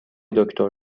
دکتر